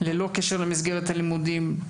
ללא קשר למסגרת הלימודים,